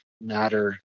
matter